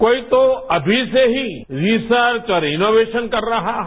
कोई तो अभी से ही रिसर्च और इनोवेशन कर रहा है